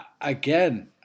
again